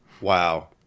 wow